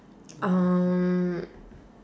um